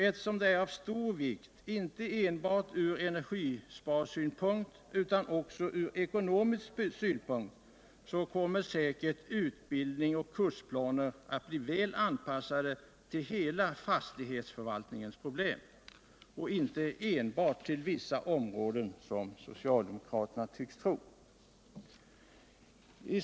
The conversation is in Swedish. Eftersom det är av stor vikt inte enbart ur energisparsynpunkt utan även ur ekonomisk synpunkt, så kommer säkert utbildning och kursplaner att väl anpassas till hela fastighetsförvaltningens problem, inte enbart inom vissa områden, som socialdemokraterna tycks tro.